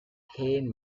hey